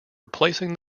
replacing